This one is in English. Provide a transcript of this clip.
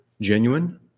genuine